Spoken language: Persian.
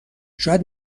شاید